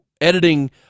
editing